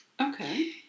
Okay